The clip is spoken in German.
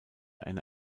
eine